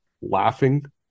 laughing